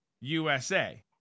USA